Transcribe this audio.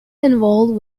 involved